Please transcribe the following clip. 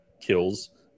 kills